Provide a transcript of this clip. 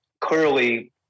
clearly